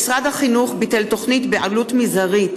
משרד החינוך ביטל תוכנית בעלות מזערית